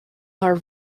our